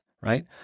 right